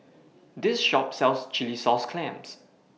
This Shop sells Chilli Sauce Clams